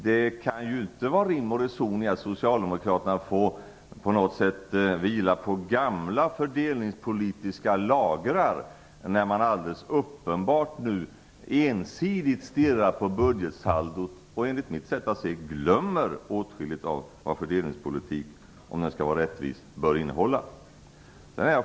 Det är ingen rim och reson i att socialdemokraterna så att säga får vila på gamla fördelningspolitiska lagrar när man nu uppenbarligen endast stirrar på budgetsaldot och enligt mitt sätt att se glömmer åtskilligt av vad en fördelningspolitik, om den skall vara rättvis, bör innehålla.